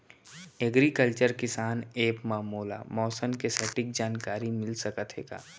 Agriculture किसान app मा मोला मौसम के सटीक जानकारी मिलिस सकत हे का?